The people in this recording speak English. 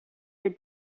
your